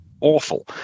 awful